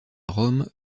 rome